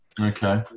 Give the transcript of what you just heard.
Okay